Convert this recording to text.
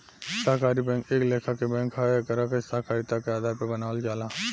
सहकारी बैंक एक लेखा के बैंक ह एकरा के सहकारिता के आधार पर बनावल जाला